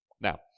Now